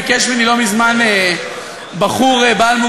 ביקש ממני לא מזמן בחור בעל מוגבלות,